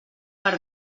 per